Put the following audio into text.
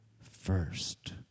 first